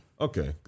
Okay